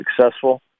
successful